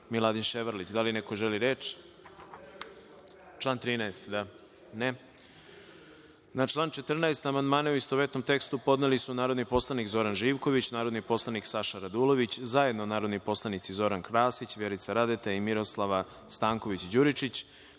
Miladin Ševarlić. Da li neko želi reč? (Ne)Na član 14. amandmane, u istovetnom tekstu, podneli su narodni poslanik Zoran Živković, narodni poslanik Saša Radulović, zajedno narodni poslanici Zoran Krasić, Vjerica Radeta i Miroslava Stanković Đuričić,